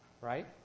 right